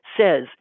says